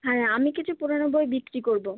হ্যাঁ আমি কিছু পুরোনো বই বিক্রি করবো